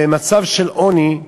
במצב של עוני,